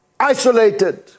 isolated